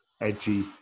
edgy